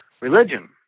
religion